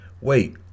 Wait